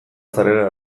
zarela